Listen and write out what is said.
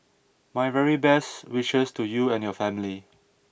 my very best wishes to you and your family